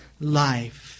life